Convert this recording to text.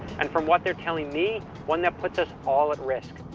and from what they're telling me, one that puts us all at risk.